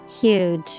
Huge